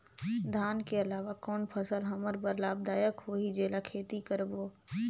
धान के अलावा कौन फसल हमर बर लाभदायक होही जेला खेती करबो?